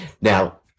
Now